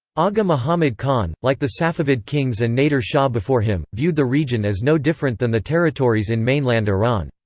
agha mohammad khan, like the safavid kings and nader shah before him, viewed the region as no different than the territories in mainland iran.